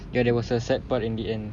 ya there was a sad part in the end